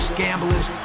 gamblers